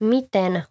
Miten